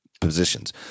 positions